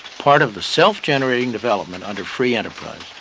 part of the self-generating development under free enterprise,